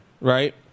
Right